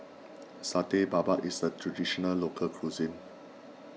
Satay Babat is a Traditional Local Cuisine